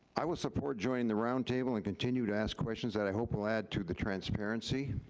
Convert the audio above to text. i would support joining the roundtable and continue to ask questions that i hope will add to the transparency